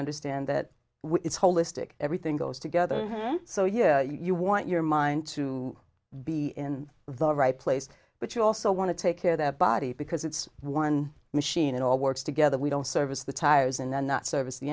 understand that it's holistic everything goes together so yeah you want your mind to be in the right place but you also want to take care of that body because it's one machine it all works together we don't service the tires and then not service the